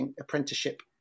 apprenticeship